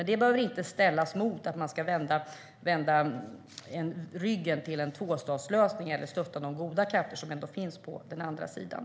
Men det behöver inte ställas mot en tvåstatslösning eller mot att stötta de goda krafter som ändå finns på den andra sidan.